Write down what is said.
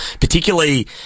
Particularly